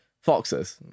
foxes